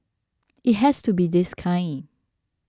it has to be this kind